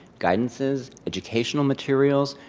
guidance's? educational materials?